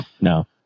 no